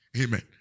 Amen